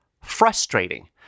frustrating